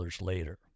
later